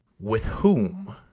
with whom?